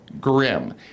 Grim